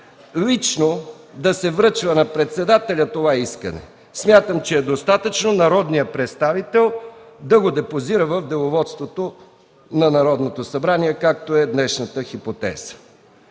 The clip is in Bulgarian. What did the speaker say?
лично да се връчва на председателя това искане. Смятам, че е достатъчно народният представител да го депозира в Деловодството на Народното събрание, както е днешната хипотеза.